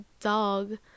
dog